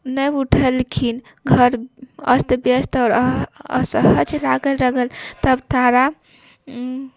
नहि उठलखिन घर अयस्त व्यस्त आओर असहज लागय लागल तब तारा